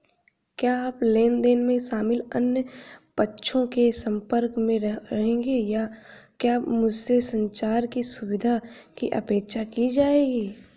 क्या आप लेन देन में शामिल अन्य पक्षों के संपर्क में रहेंगे या क्या मुझसे संचार की सुविधा की अपेक्षा की जाएगी?